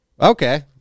Okay